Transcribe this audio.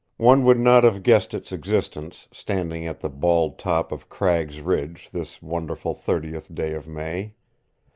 one would not have guessed its existence, standing at the bald top of cragg's ridge this wonderful thirtieth day of may.